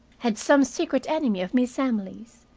had some secret enemy of miss emily's,